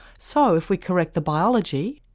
so, if we correct the biology,